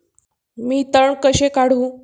मी तण कसे काढू?